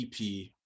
EP